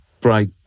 break